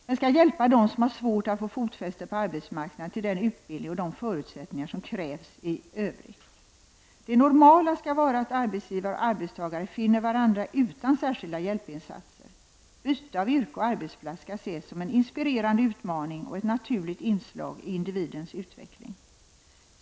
Man skall hjälpa dem som har svårt att få fotfäste på arbetsmarknaden till den utbildning och de förutsättningar som krävs i övrigt. Det normala skall vara att arbetsgivare och arbetstagare finner varandra utan särskilda hjälpinsatser. Byte av yrke och arbetsplats skall ses som en inspirerande utmaning och ett naturligt inslag i individens utveckling.